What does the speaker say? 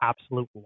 absolute